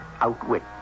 outwit